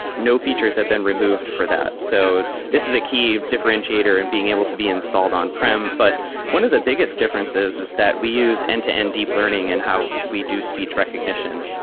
no features have been removed for that. so this is a key differentiator and being able to be installed on-prem. but one of the biggest differences is that we use and end-to-end and deep learning and how we do speech recognition.